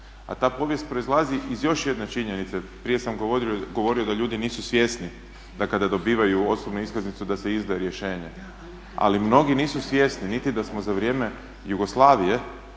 A ta povijest proizlazi iz još jedne činjenice, prije sam govorio da ljudi nisu svjesni da kada dobivaju osobnu iskaznicu da se izda rješenje, ali mnogi nisu svjesni niti da smo za vrijeme Jugoslavije